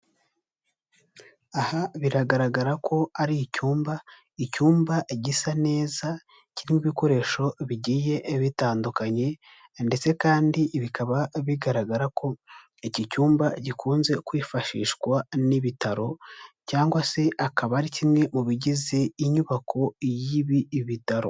Aha biragaragara ko ari icyumba, icyumba gisa neza kirimo ibikoresho bigiye bitandukanye. Ndetse kandi bikaba bigaragara ko iki cyumba gikunze kwifashishwa n'ibitaro, cyangwa se akaba ari kimwe mu bigize inyubako y'ibi bitaro.